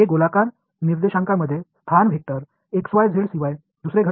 இது கோளக் கோடுகளில் உள்ள position vector x y z என்ற கூறுகள் தவிர ஏதும் இல்லை